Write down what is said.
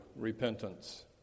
repentance